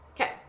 Okay